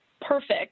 perfect